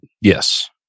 Yes